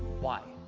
why?